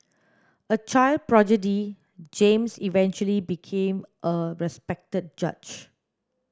a child prodigy James eventually became a respected judge